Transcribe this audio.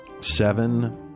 Seven